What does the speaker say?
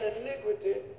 iniquity